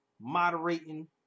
moderating